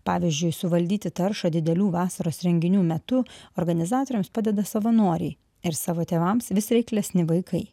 pavyzdžiui suvaldyti taršą didelių vasaros renginių metu organizatoriams padeda savanoriai ir savo tėvams vis reiklesni vaikai